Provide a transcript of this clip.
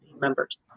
members